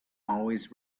always